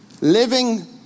living